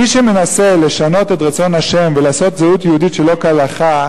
מי שמנסה לשנות את רצון ה' ולעשות זהות יהודית שלא כהלכה,